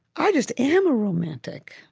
i just am a romantic.